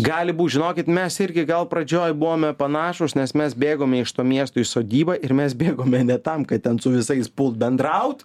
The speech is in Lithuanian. gali būt žinokit mes irgi gal pradžioj buvome panašūs nes mes bėgome iš to miesto į sodybą ir mes bėgome ne tam kad ten su visais pult bendraut